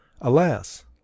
Alas